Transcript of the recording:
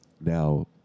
Now